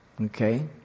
okay